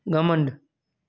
घमंडु